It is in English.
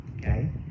okay